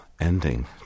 ending